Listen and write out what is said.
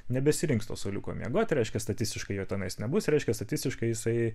nebesirinks to suoliuko miegoti reiškia statistiškai jo tenais nebus reiškia statistiškai jisai